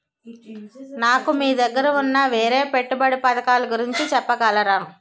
నాకు మీ దగ్గర ఉన్న వేరే పెట్టుబడి పథకాలుగురించి చెప్పగలరా?